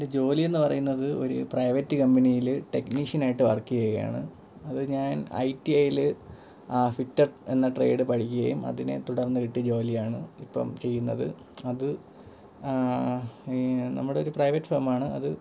എൻ്റെ ജോലി എന്ന് പറയുന്നത് ഒര് പ്രൈവറ്റ് കമ്പനിയിൽ ടെക്നിഷ്യൻ ആയിട്ട് വർക്ക് ചെയ്യുകയാണ് അത് ഞാൻ ഐ റ്റി ഐയിൽ ഫിറ്റർ എന്ന ട്രേഡ് പഠിക്കുകയും അതിനെ തുടർന്ന് കിട്ടിയ ജോലിയാണ് ഇപ്പം ചെയ്യുന്നത് അത് നമ്മുടെയൊരു പ്രൈവറ്റ് ഫേം ആണ് അത്